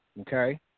Okay